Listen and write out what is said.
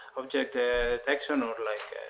object ah detection or like